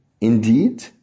Indeed